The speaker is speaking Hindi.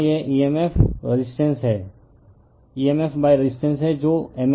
यहां यह emf रेजिस्टेंस है जो mmf रीलकटेन्स है